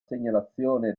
segnalazione